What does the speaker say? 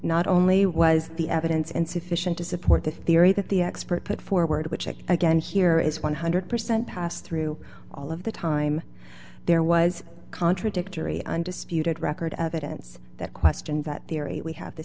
not only was the evidence insufficient to support the theory that the expert put forward which i again here is one hundred percent pass through all of the time there was contradictory undisputed record of a dense that question that theory we have the